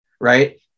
right